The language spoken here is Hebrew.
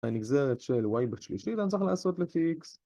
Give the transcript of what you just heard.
הנגזרת של וואי בשלישי היה צריך לעשות לפי איקס